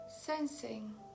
sensing